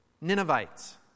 Ninevites